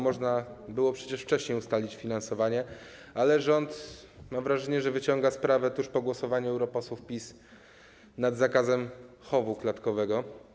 Można było przecież wcześniej ustalić kwestie finansowania, ale mam wrażenie, że rząd wyciąga sprawę tuż po głosowaniu europosłów PiS nad zakazem chowu klatkowego.